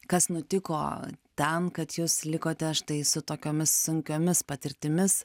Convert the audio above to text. kas nutiko ten kad jūs likote štai su tokiomis sunkiomis patirtimis